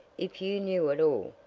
if you knew it all,